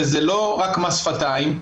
וזה לא מס שפתיים,